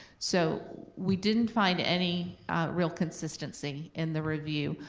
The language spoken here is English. so we didn't find any real consistency in the review,